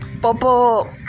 Popo